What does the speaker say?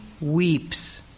weeps